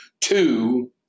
Two